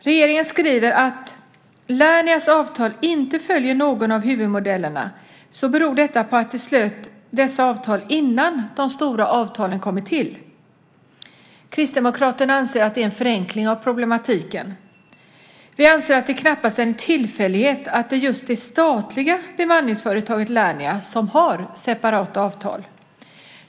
Regeringen skriver: Att Lernias avtal inte följer någon av huvudmodellerna beror på att dessa avtal slöts innan de stora avtalen kommit till. Kristdemokraterna anser att detta är en förenkling av problematiken. Vi anser att det knappast är en tillfällighet att det är just det statliga bemanningsföretaget Lernia som har separata avtal.